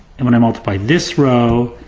and when i multiply this row,